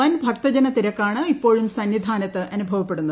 വൻ ഭക്തജന തിരക്കാണ് ഇപ്പോഴും സന്നിധാനത്ത് അനുഭവപ്പെടുന്നത്